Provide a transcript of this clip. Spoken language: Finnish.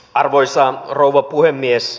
arvoisa rouva puhemies